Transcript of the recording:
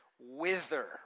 wither